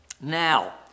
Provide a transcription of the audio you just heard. Now